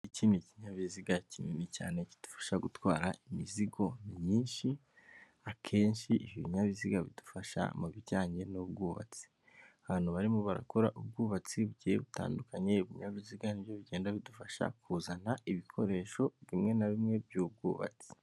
Iki ni kinyabiziga kinini cyane kidufasha gutwara imizigo myinshi, akenshi ibinyabiziga bidufasha mu bijyanye n'ubwubatsi, ahantu barimo barakora ubwubatsi bugiye butandukanye; ibinyabiziga nibyo bigenda bidufasha kuzana ibikoresho bimwe na bimwe by'ubwubatsi.